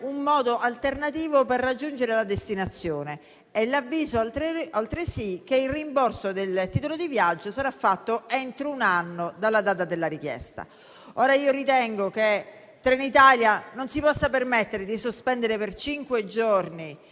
un modo alternativo per raggiungere la destinazione con l'avviso che il rimborso del titolo di viaggio sarà fatto entro un anno dalla data della richiesta. Io ritengo che Trenitalia non si possa permettere di sospendere e di cancellare